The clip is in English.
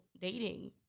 dating